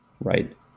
Right